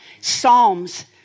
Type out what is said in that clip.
Psalms